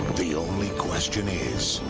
the only question is